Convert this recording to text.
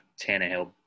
Tannehill